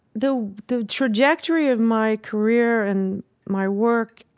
the the trajectory of my career and my work